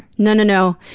no, no, no.